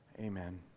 Amen